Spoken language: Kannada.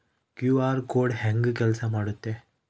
ಕ್ಯೂ.ಆರ್ ಕೋಡ್ ಹೆಂಗ ಕೆಲಸ ಮಾಡುತ್ತೆ?